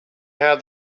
how